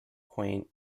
quaint